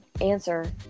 answer